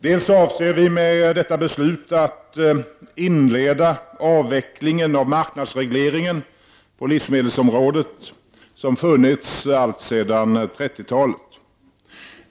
Dels avser vi med detta beslut att inleda avvecklingen av marknadsregleringen på livsmedelsområdet, som funnits alltsedan 30-talet.